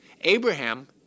Abraham